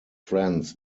friends